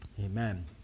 Amen